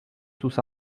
sus